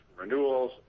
renewals